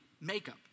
makeup